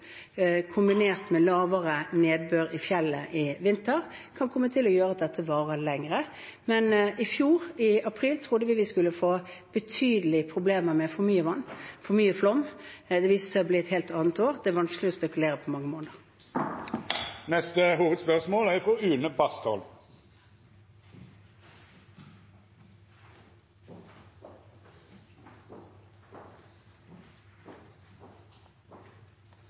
kombinert med mindre nedbør i fjellet i vinter, kan komme til å gjøre at dette varer lenger. I fjor, i april, trodde vi at vi ville få betydelige problemer med for mye vann, for mye flom. Det viste seg å bli et helt annet år. Det er vanskelig å spekulere mange måneder fremover. Me går til neste